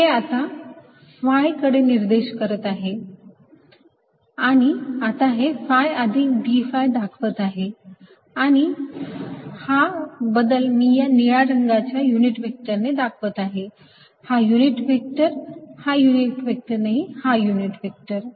हे आता phi कडे निर्देश करत होते आणि आता हे phi अधिक d phi दाखवत आहे आणि हा बदल मी या निळ्या रंगाच्या युनिट व्हेक्टर ने दाखवत आहे हा व्हेक्टर युनिट व्हेक्टर नाही हा व्हेक्टर